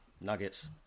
nuggets